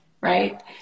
right